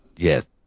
Yes